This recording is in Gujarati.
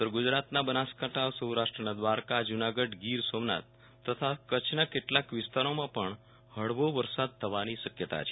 ઉત્તર ગુજરાતના બનાસકાંઠા સૌરાષ્ટ્રના દ્વારકા જુનાગઢ ગીર સોમનાથ તથા કચ્છના કેટલાક વિસ્તારોમાં પણ હળવો વરસાદ થવાની શક્યતા છે